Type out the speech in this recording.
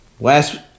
last